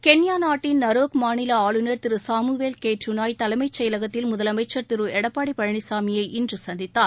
Kenya நாட்டின் Narok மாநில ஆளுநர் திரு சாமுவேல் கே டுனாய் தலைமைச் செயலகத்தில் முதலமைச்சர் திரு எடப்பாடி பழனிசாமியை இன்று சந்தித்தார்